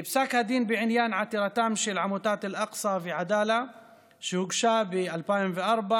בפסק הדין בעניין עתירתן של עמותת אל-אקצא ועדאלה שהוגשה ב-2004,